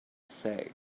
say